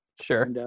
sure